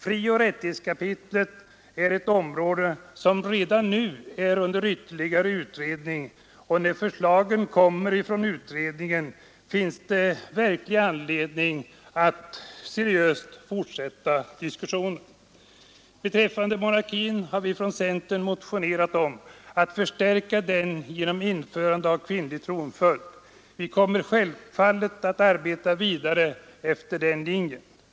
Frioch rättighetskapitlet är redan nu under ytterligare utredning, och när förslagen kommer från utredningen finns det verklig anledning att seriöst fortsätta diskussionen. Beträffande monarkin har vi från centern motionerat om att förstärka den genom införande av kvinnlig tronföljd. Vi kommer självfallet att arbeta vidare efter den linjen. Herr talman!